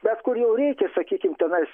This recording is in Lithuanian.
bet kur jau reikia sakykim tenais